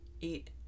eat